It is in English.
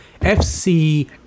FC